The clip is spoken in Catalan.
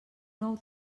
nou